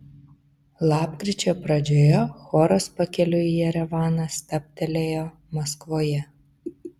lapkričio pradžioje choras pakeliui į jerevaną stabtelėjo maskvoje